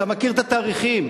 אתה מכיר את התאריכים.